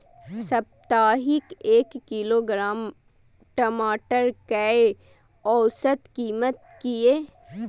साप्ताहिक एक किलोग्राम टमाटर कै औसत कीमत किए?